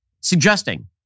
Suggesting